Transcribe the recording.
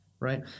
right